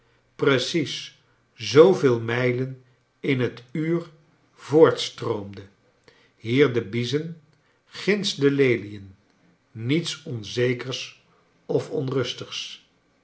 precies zooveel mijlen in het uur voortstroomde hier de biezen ginds de lelien niets onzekers of onrustigs